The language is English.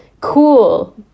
Cool